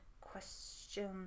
question